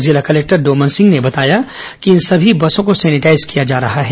जिला कलेक्टर डोमन सिंह ने बताया कि इन सभी बसों को सैनिटाईज किया जा रहा है